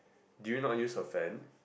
do you not use your fan